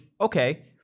okay